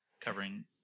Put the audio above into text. covering